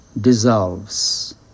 dissolves